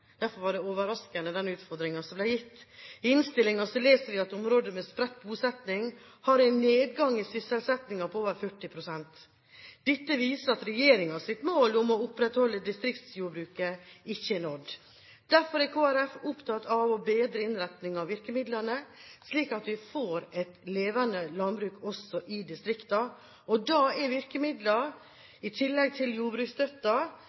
Derfor var den utfordringen som ble gitt, overraskende. I innstillingen leser vi at områder med spredt bosetting har en nedgang i sysselsettingen på over 40 pst. Dette viser at regjeringens mål om å opprettholde distriktsjordbruket ikke er nådd. Derfor er Kristelig Folkeparti opptatt av å bedre innretningen av virkemidlene, slik at vi får et levende landbruk også i distriktene. Og da er